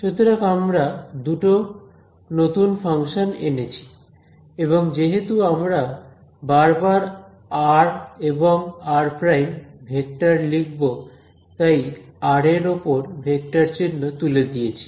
সুতরাং আমরা দুটো নতুন ফাংশন এনেছি এবং যেহেতু আমরা বারবার এবং লিখব তাই r এর ওপর ভেক্টর চিহ্ন তুলে দিয়েছি